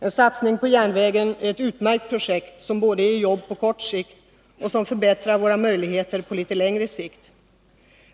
En satsning på järnvägen är ett utmärkt projekt, som både ger arbete på kort sikt och förbättrar våra möjligheter på litet längre sikt.